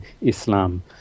Islam